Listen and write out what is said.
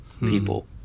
people